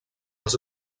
els